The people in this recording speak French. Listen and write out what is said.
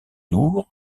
lourds